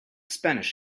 spanish